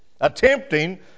attempting